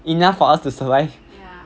enough for us to survive